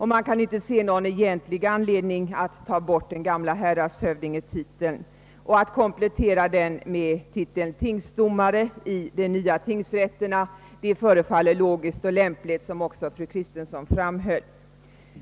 Man kan inte se någon egentlig anledning att slopa den gamla häradshövdingetiteln; att komplettera den med titeln tingsdomare i de nya tingsrätterna förefaller logiskt och lämpligt, som också fru Kristensson framhöll.